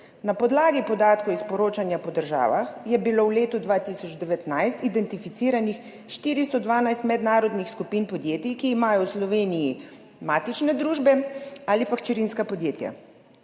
Na podlagi podatkov iz poročanja po državah je bilo v letu 2019 identificiranih 412 mednarodnih skupin podjetij, ki imajo v Sloveniji matične družbe ali pa hčerinska podjetja.